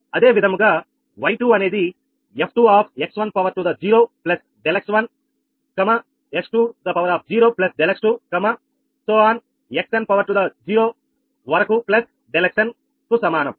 అదేవిధంగా y2 అనేది 𝑓2 x1 ∆x1 x2 ∆x2 xnవరకు ∆xn సమానం